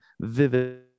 vivid